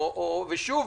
ושוב,